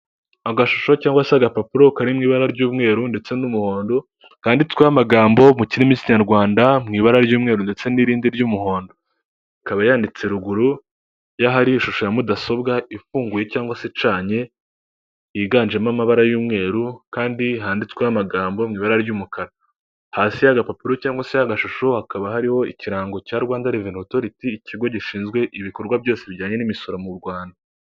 Agashusho cyangwa se agapapuro kari mu ibara ry'umweru ndetse n'umuhondo, kanditsweho amagambo mu kirimi cy'Ikinyarwanda mu ibara ry'umweru ndetse n'irindi ry'umuhondo. Ikaba yanditse ruguru y'ahari ishusho ya mudasobwa ifunguye cyangwa se icanye, yiganjemo amabara y'umweru kandi handitsweho amagambo mu ibara ry'umukara. Hasi y'agapapuro cyangwa se y'agashusho hakaba hariho ikirango cya Rwanda Reveni Otoriti, ikigo gishinzwe ibikorwa byose bijyanye n'imisoro mu Rwanda.